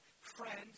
Friend